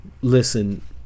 listen